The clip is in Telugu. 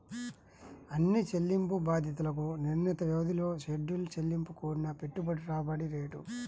అన్ని చెల్లింపు బాధ్యతలకు నిర్ణీత వ్యవధిలో షెడ్యూల్ చెల్లింపు కూడిన పెట్టుబడి రాబడి రేటు